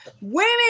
women